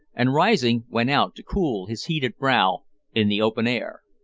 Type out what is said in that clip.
and, rising, went out to cool his heated brow in the open air.